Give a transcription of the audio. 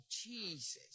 Jesus